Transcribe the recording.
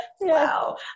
Wow